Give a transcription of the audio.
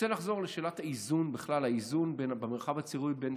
אני רוצה לחזור לשאלת האיזון במרחב הציבורי בין